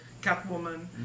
Catwoman